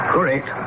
Correct